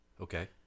Okay